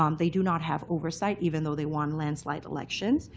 um they do not have oversight, even though they won landslide elections.